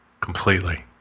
completely